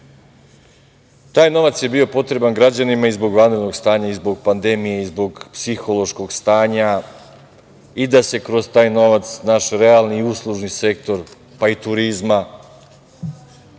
Taj novac je bio potreban građanima i zbog vanrednog stanja, pandemije i zbog psihološkog stanja, i da se kroz taj novac naš realni uslužni sektor, pa i turizma